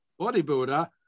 bodybuilder